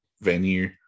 venue